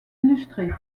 illustré